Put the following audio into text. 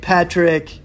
Patrick